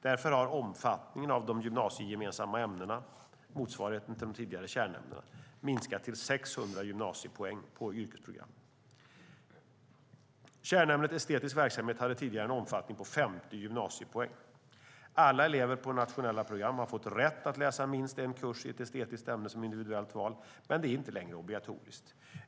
Därför har omfattningen av de gymnasiegemensamma ämnena, motsvarigheten till de tidigare kärnämnena, minskat till 600 gymnasiepoäng på yrkesprogrammen. Kärnämnet estetisk verksamhet hade tidigare en omfattning om 50 gymnasiepoäng. Alla elever på nationella program har fått rätt att läsa minst en kurs i ett estetiskt ämne som individuellt val, men det är inte längre obligatoriskt.